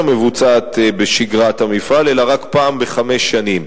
מבוצעת בשגרת המפעל אלא רק פעם בחמש שנים.